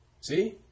See